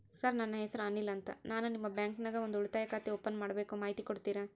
Sir ನನ್ನ ಹೆಸರು ಅನಿಲ್ ಅಂತ ನಾನು ನಿಮ್ಮ ಬ್ಯಾಂಕಿನ್ಯಾಗ ಒಂದು ಉಳಿತಾಯ ಖಾತೆ ಓಪನ್ ಮಾಡಬೇಕು ಮಾಹಿತಿ ಕೊಡ್ತೇರಾ?